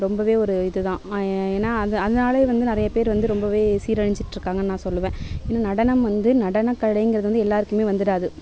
ரொம்பவே ஒரு இதுதான் ஏன்னால் அந்த அதனாலயே வந்து நிறைய பேர் வந்து ரொம்பவே சீரழிஞ்சுட்ருக்காங்கனு நான் சொல்வேன் இன்னும் நடனம் வந்து நடனக்கலைங்கிறது வந்து எல்லாேருக்குமே வந்துவிடாது